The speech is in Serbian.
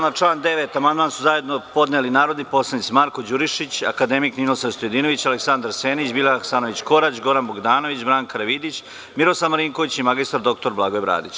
Na član 9. amandman su zajedno podneli narodni poslanici Marko Đurišić, akademik Ninoslav Stojadinović, Aleksandar Senić, Biljana Hasanović Korać, Goran Bogdanović, Branka Karavidić, Miroslav Marinković i mr. dr Blagoje Bradić.